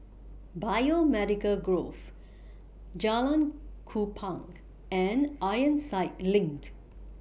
Biomedical Grove Jalan Kupang and Ironside LINK